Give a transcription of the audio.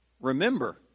remember